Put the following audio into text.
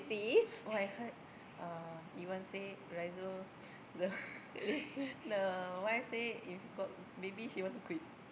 oh I heard uh Evan say Riso the the wife say if got baby she want to quit